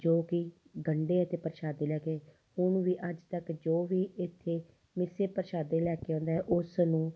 ਜੋ ਕਿ ਗੰਢੇ ਅਤੇ ਪ੍ਰਸ਼ਾਦੇ ਲੈ ਕੇ ਹੁਣ ਵੀ ਅੱਜ ਤੱਕ ਜੋ ਵੀ ਇੱਥੇ ਮਿੱਸੇ ਪ੍ਰਸ਼ਾਦੇ ਲੈ ਕੇ ਆਉਂਦੇ ਉਸ ਨੂੰ